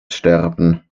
sterben